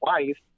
wife